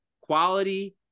quality